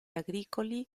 agricoli